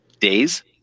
days